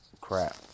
crap